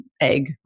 egg